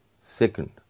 Second